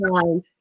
time